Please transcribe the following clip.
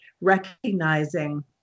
recognizing